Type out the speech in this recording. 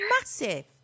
massive